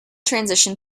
transition